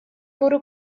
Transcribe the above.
bwrw